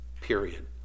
period